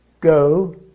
Go